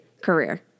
career